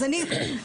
אז אני מציעה,